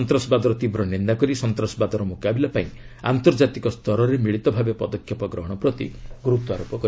ଉଭୟ ନେତା ସନ୍ତାସବାଦର ତୀବ୍ର ନିନ୍ଦା କରି ସନ୍ତାସବାଦର ମ୍ରକାବିଲା ପାଇଁ ଆନ୍ତର୍ଜାତିକ ସ୍ତରରେ ମିଳିତ ଭାବେ ପଦକ୍ଷେପ ଗ୍ରହଣ ପ୍ରତି ଗୁରୁତ୍ୱାରୋପ କରିଛନ୍ତି